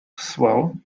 swell